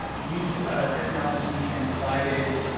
used technology and provided,